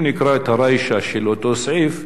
אם נקרא את הרישא של אותו סעיף,